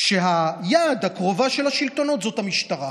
והיד הקרובה של השלטונות זאת המשטרה.